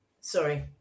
Sorry